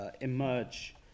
emerge